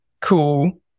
cool